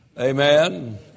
Amen